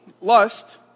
lust